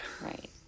Right